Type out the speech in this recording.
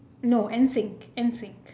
no n sync n sync